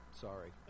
Sorry